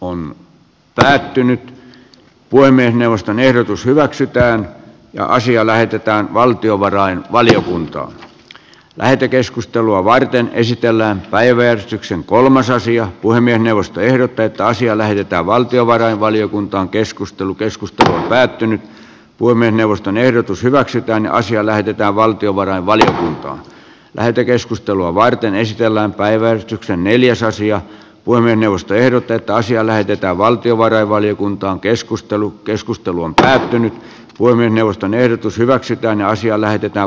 on pysähtynyt puhemiesneuvoston ehdotus hyväksytään ja asia lähetetään valtiovarainvaliokuntaan lähetekeskustelua varten esitellään päiväjärjestyksen kolmas asia puhemiesneuvosto ehdottaa että asia lähetetään valtiovarainvaliokuntaankeskustelu keskustelu on päättynyt voimme neuvoston ehdotus hyväksytään asia lähetetään valtiovarainvaliokuntaan lähetekeskustelua varten esitellään päiväystyksen neljäsosia voimme neuvosto ehdottaa että asia lähetetään valtiovarainvaliokuntaankeskustelu keskustelu on päättynyt voimme neuvoston ehdotus hyväksytään asialle pitää